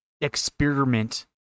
experiment